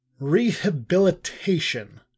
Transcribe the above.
REHABILITATION